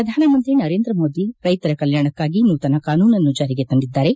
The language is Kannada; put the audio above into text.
ಪ್ರಧಾನಮಂತ್ರಿ ನರೇಂದ್ರ ಮೋದಿ ರೈತರ ಕಲ್ಟಾಣಕ್ಕಾಗಿ ನೂತನ ಕಾನೂನನ್ನು ಜಾರಿಗೆ ತಂದಿದ್ದಾರೆ